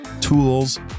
tools